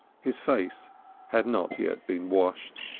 his face had not yet been washed,